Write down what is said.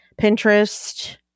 Pinterest